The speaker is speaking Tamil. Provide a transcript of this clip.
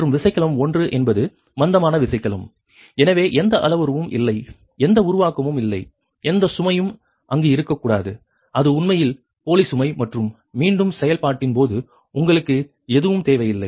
மற்றும் விசைக்கலம் 1 என்பது மந்தமான விசைக்கலம் எனவே எந்த அளவுருவும் இல்லை எந்த உருவாக்கமும் இல்லை எந்த சுமையும் அங்கு இருக்கக்கூடாது அது உண்மையில் போலி சுமை மற்றும் மீண்டும் செயல்பாட்டின் போது உங்களுக்கு எதுவும் தேவையில்லை